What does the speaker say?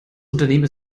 unternehmen